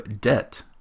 debt